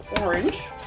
orange